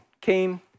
came